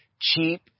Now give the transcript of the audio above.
cheap